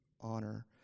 honor